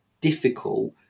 difficult